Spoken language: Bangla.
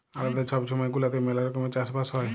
আলেদা ছব ছময় গুলাতে ম্যালা রকমের চাষ বাস হ্যয়